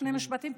שני משפטים,